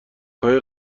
های